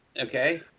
okay